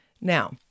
Now